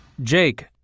jake,